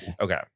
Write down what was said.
okay